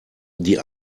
die